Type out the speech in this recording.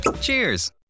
Cheers